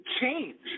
change